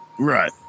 Right